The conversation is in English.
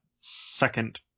second